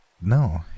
no